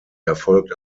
erfolgt